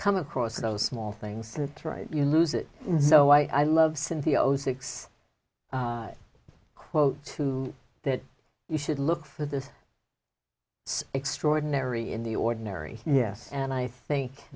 come across those small things to the right you lose it so i love cynthia zero six quote two that you should look for this extraordinary in the ordinary yes and i think